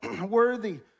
worthy